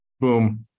boom